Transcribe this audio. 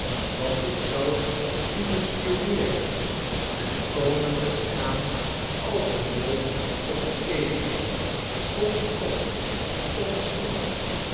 want ik zal u bespionneeren en komen en gaan als een mol of een ezel tom scott tom scott